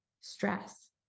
stress